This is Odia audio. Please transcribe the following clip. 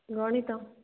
ଗଣିତ